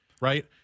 right